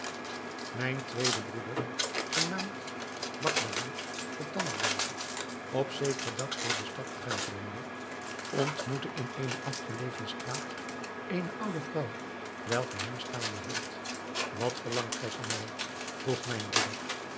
mijn tweede broeder genaamd bakbarah de tandelooze op zekeren dag door de stad drentelende ontmoette in eene afgelegen straat eene oude vrouw welke hem staande hield wat verlangt gij van mij vroeg mijn broeder